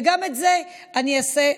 וגם את זה אני אעשה,